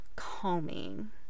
calming